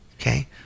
okay